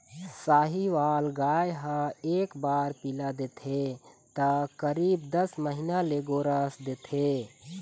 साहीवाल गाय ह एक बार पिला देथे त करीब दस महीना ले गोरस देथे